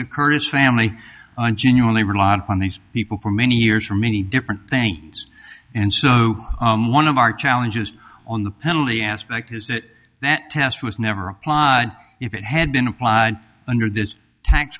the kurdish family and genuinely rely on these people for many years for many different things and so one of our challenges on the penalty aspect is that that test was never a plod if it had been applied under this tax